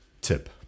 tip